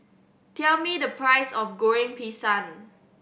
tell me the price of Goreng Pisang